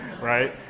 right